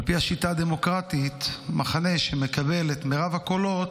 על פי השיטה הדמוקרטית מחנה שמקבל את מרב הקולות,